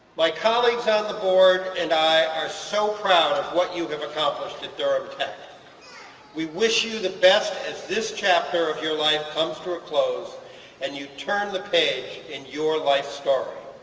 my colleagues on the board and i are so proud of what you have accomplished at durhamtech. we wish you the best as this chapter of your life comes to a close and you turn the page in your life story.